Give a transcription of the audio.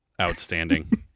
Outstanding